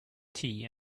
tea